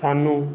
ਸਾਨੂੰ